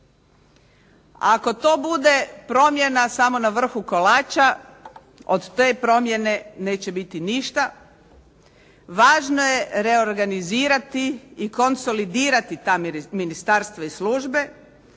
Ako to bude promjena samo na vrhu kolača, od te promjene neće biti ništa. Važno je reorganizirati i konsolidirati ta ministarstva i službe